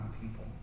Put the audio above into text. people